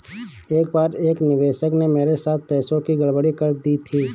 एक बार एक निवेशक ने मेरे साथ पैसों की गड़बड़ी कर दी थी